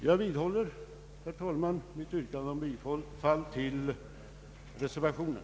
Jag vidhåller, herr talman, mitt yrkande om bifall till reservationen.